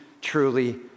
truly